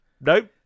Nope